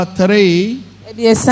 three